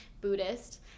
Buddhist